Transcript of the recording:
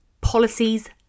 policies